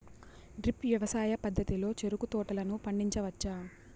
drip వ్యవసాయ పద్ధతిలో చెరుకు తోటలను పండించవచ్చా